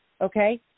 okay